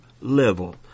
level